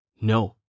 No